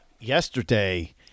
yesterday